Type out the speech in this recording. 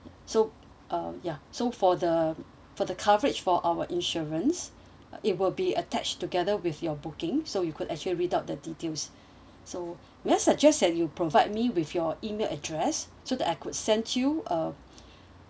so uh ya so for the for the coverage for our insurance it will be attached together with your booking so you could actually read out the details so we're suggest that you provide me with your email address so that I could sent you a